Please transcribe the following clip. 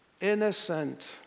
Innocent